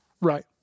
Right